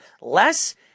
less